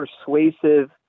persuasive